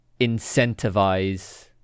incentivize